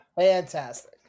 Fantastic